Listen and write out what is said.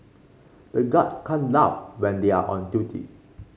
the guards can't laugh when they are on duty